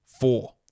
Four